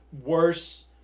worse